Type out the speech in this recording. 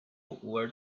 where